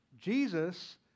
Jesus